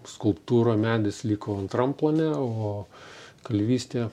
skulptūra medis liko antram plane o kalvystė